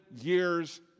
years